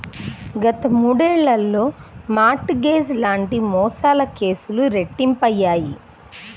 గత మూడేళ్లలో mortgage లాంటి మోసాల కేసులు రెట్టింపయ్యాయి